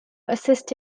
assist